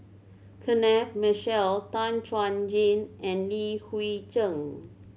Kenneth Mitchell Tan Chuan Jin and Li Hui Cheng